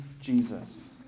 Jesus